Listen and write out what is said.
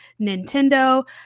Nintendo